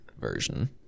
version